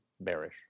bearish